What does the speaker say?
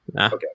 Okay